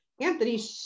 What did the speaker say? anthony